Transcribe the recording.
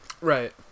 Right